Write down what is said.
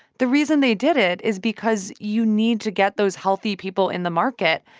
the reason they did it is because you need to get those healthy people in the market.